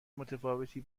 متفاوتی